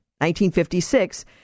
1956